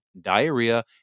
diarrhea